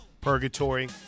purgatory